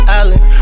island